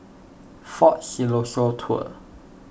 for Siloso Tours